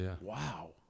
wow